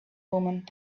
woman